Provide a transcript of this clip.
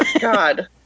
God